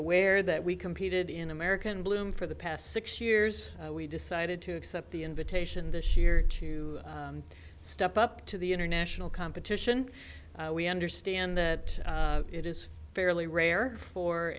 aware that we competed in american bloom for the past six years we decided to accept the invitation this year to step up to the international competition we understand that it is fairly rare for